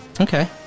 Okay